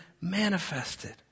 manifested